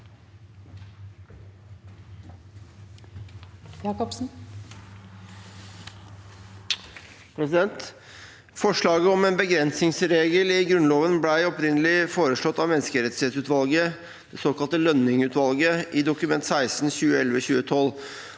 Forslaget om en be- grensningsregel i Grunnloven ble opprinnelig foreslått av menneskerettighetsutvalget, det såkalte Lønning-utvalget, i Dokument 16 for 2011–2012,